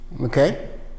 Okay